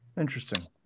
Interesting